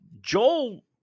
Joel